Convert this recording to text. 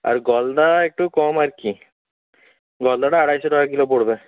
আর গলদা একটু কম আর কী গলদাটা আড়াইশো টাকা কিলো পড়বে